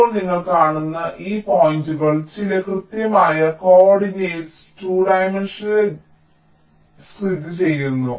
ഇപ്പോൾ നിങ്ങൾ കാണുന്നു ഈ പോയിന്റുകൾ ചില കൃത്യമായ കോ ഓർഡിനേറ്റുകളിൽ 2 ഡൈമൻഷണൽ ഗ്രിഡിൽ സ്ഥിതിചെയ്യുന്നു